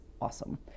awesome